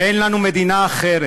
אין לנו מדינה אחרת,